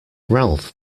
ralph